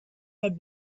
had